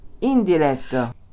Indiretto